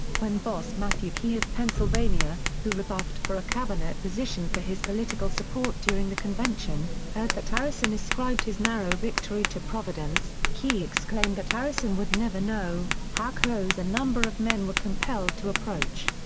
when boss matthew quay pennsylvania, who rebuffed for a cabinet position for his political support during the convention, heard that harrison ascribed his narrow victory to providence, quay exclaimed that harrison would never know how close a number of men were compelled to approach.